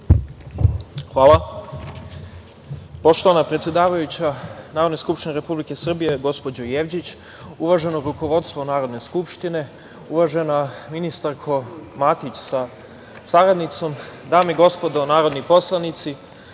Hvala. Poštovana predsedavajuća Narodne skupštine Republike Srbije, gospođo Jevđić, uvaženo rukovodstvo Narodne skupštine, uvažena ministarko Matić, sa saradnicom, dame i gospodo narodni poslanici,